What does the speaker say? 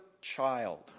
child